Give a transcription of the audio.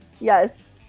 Yes